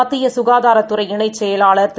மத்தியசுகாதாரத்துறைஇணைச்செயலாளர்திரு